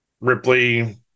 Ripley